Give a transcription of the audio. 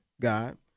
God